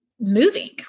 moving